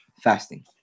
fasting